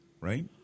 right